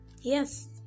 Yes